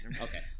Okay